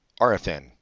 RFN